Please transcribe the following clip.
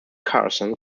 carson